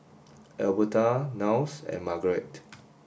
Elberta Niles and Margarete